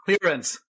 clearance